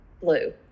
Blue